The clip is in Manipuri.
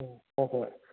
ꯎꯝ ꯍꯣꯏ ꯍꯣꯏ